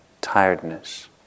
tiredness